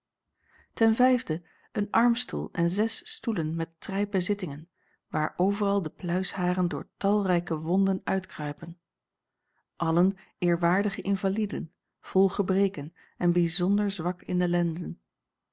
een armstoel en zes stoelen met trijpen zittingen waar overal de pluisharen door talrijke wonden uitkruipen allen eerwaardige invalieden vol gebreken en bijzonder zwak in de lenden